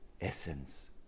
essence